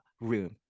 room